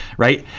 right?